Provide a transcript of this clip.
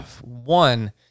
one